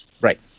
Right